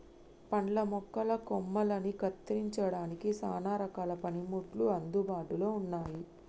పండ్ల మొక్కల కొమ్మలని కత్తిరించడానికి సానా రకాల పనిముట్లు అందుబాటులో ఉన్నాయి